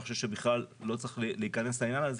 אני חושב שבכלל לא צריך להיכנס לעניין הזה,